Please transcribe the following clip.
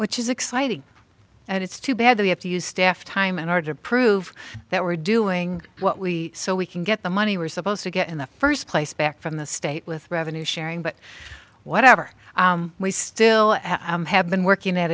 which is exciting and it's too bad they have to use staff time in order to prove that we're doing what we so we can get the money we're supposed to get in the first place back from the state with revenue sharing but whatever we still have been working at